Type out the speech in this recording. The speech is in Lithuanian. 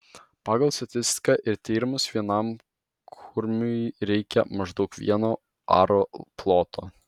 pagal statistiką ir tyrimus vienam kurmiui reikia maždaug vieno aro ploto